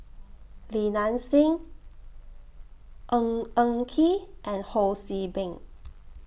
Li Nanxing Ng Eng Kee and Ho See Beng